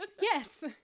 Yes